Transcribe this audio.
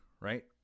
right